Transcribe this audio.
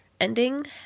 ending